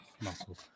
Muscles